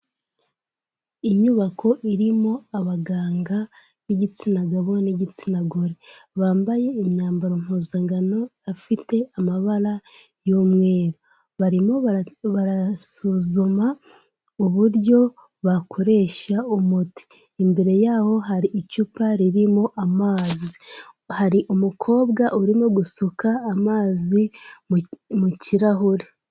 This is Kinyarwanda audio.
Inyubako irimo abaganga b'igitsina gabo n'igitsina gore, bambaye imyambaro mpuzangano ifite amabara y'umweru. Barimo barasuzuma uburyo bakoresha umuti, imbere yabo hari icupa ririmo amazi. Hari umukobwa urimo gusuka amazi mu kirahure.